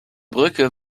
brücke